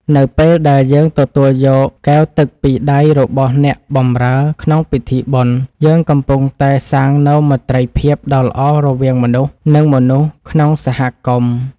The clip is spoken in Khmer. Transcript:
នៅពេលដែលយើងទទួលយកកែវទឹកពីដៃរបស់អ្នកបម្រើក្នុងពិធីបុណ្យ យើងកំពុងតែសាងនូវមេត្រីភាពដ៏ល្អរវាងមនុស្ស និងមនុស្សក្នុងសហគមន៍។